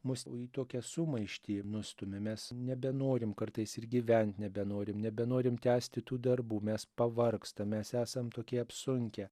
mus į tokią sumaištį nustumia mes nebenorim kartais ir gyvent nebenorim nebenorim tęsti tų darbų mes pavargstam mes esam tokie apsunkę